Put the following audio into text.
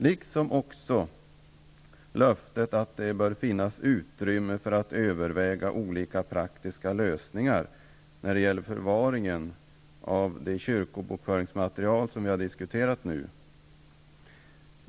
Jag är också glad för löftet att det bör finnas utrymme för att överväga olika praktiska lösningar när det gäller förvaringen av det kyrkobokföringsmaterial vi har diskuterat nu.